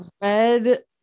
red